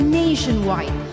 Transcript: nationwide